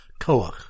Koach